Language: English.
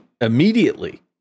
immediately